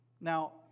Now